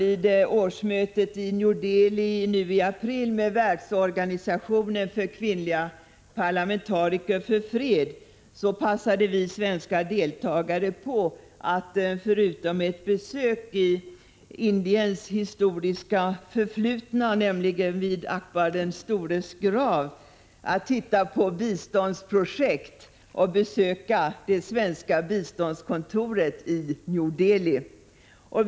Vid årsmötet i New Delhi nu i april med Världsorganisationen för kvinnliga parlamentariker för fred passade vi svenska deltagare på, förutom att göra ett besök i Indiens historiska förflutna, nämligen vid Akhbar den stores grav, att titta på biståndsprojekt och besöka det svenska biståndskontoret i New Delhi.